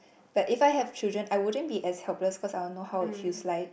but if I have children I wouldn't be as helpless cause I would know how it feels like